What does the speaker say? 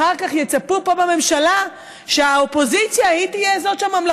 אחר כך יצפו פה בממשלה שהאופוזיציה היא תהיה הממלכתית,